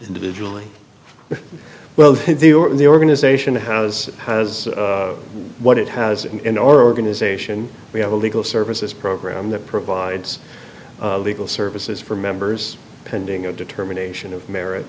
individually well the or in the organization has has what it has in organization we have a legal services program that provides legal services for members pending a determination of merit